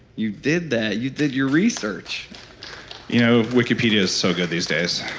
you did that. you did your research you know, wikipedia's so good these days